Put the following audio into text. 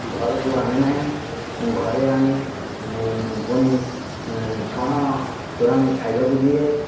ଘରକୁ ଆଣେ ନାହିଁ ଏବଂ ଘରେ ଆଣି ପୁଣି ଛଣ ତୋରାଣି ଖାଇବାକୁ ଦିଏ